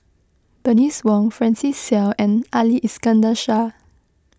Bernice Wong Francis Seow and Ali Iskandar Shah